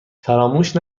فراموش